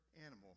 animal